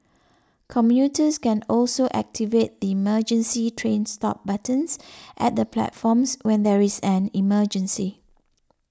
commuters can also activate the emergency train stop buttons at the platforms when there is an emergency